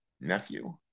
nephew